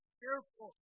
careful